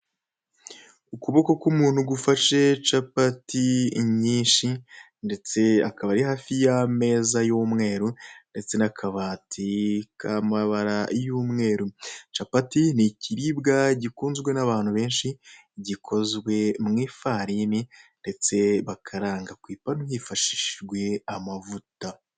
Ukuboko k'umuntu gufashe capati nyinshi ndetse akaba ari hafi n'ameza y'umweru ndetse n'akabati k'amabara y'umweru, capati ni ikiribwa gikunzwe n'abantu benshi gikozwe mu ifarini ndetse bakaranga ku ipanu bifashishije amavuta.